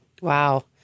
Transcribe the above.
Wow